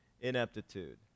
ineptitude